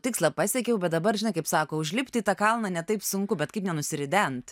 tikslą pasiekiau bet dabar žinai kaip sako užlipt į tą kalną ne taip sunku bet kaip nenusirident